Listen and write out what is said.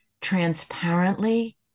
transparently